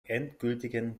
endgültigen